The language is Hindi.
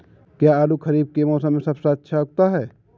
क्या आलू खरीफ के मौसम में सबसे अच्छा उगता है?